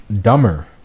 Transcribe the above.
dumber